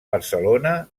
barcelona